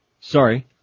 Sorry